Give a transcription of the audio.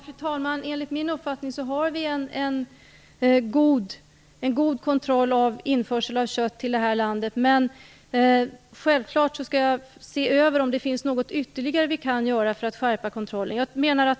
Fru talman! Enligt min uppfattning har vi en god kontroll vid införsel av kött till det här landet. Självklart skall jag se över om det finns något ytterligare vi kan göra för att skärpa kontrollen.